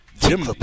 Jim